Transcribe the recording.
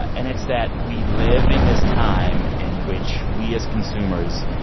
and it's that we live in this time in which we, as consumers,